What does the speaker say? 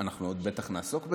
אנחנו עוד בטח נעסוק בזה,